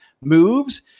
moves